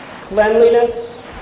cleanliness